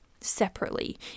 separately